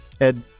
ed